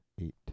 eight